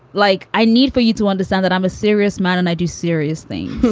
like, i need for you to understand that i'm a serious man and i do serious things.